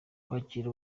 kwakira